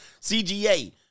cga